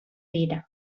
dira